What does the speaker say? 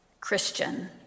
Christian